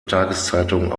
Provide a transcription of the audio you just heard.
tageszeitung